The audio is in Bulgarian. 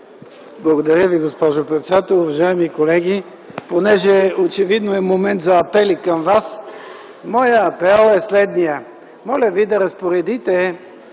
Благодаря Ви, госпожо председател. Уважаеми колеги, понеже очевидно е момент за апели към Вас, моят апел е следният: моля Ви да разпоредите